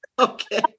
Okay